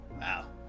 Wow